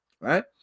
Right